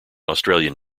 australian